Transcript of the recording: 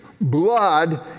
blood